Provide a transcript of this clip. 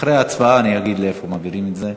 אחרי ההצבעה אני אגיד לאן מעבירים את זה.